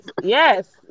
Yes